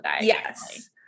Yes